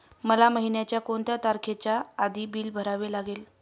मला महिन्याचा कोणत्या तारखेच्या आधी बिल भरावे लागेल?